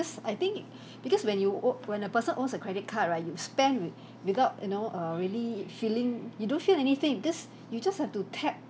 I think because when you o~ when a person owns a credit card right you spend with without you know err really feeling you don't feel anything because you just have to tap